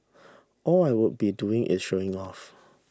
all I would be doing is showing off